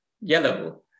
yellow